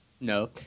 No